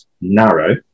narrow